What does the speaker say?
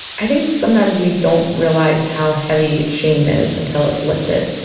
i think sometimes we don't realize how heavy shame is until it's lifted.